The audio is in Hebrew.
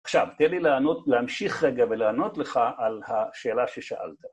עכשיו, תן לי להמשיך רגע ולענות לך על השאלה ששאלת.